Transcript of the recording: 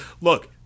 look